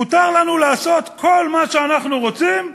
מותר לנו לעשות כל מה שאנחנו רוצים,